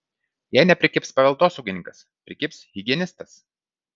jei neprikibs paveldosaugininkas prikibs higienistas